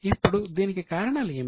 ఇప్పుడు దీనికి కారణాలు ఏమిటి